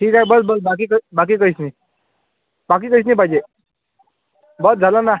ठीक आहे बस बस बाकी काही बाकी काहीच नाही बाकी काहीच नाही पाहिजे बस झालं ना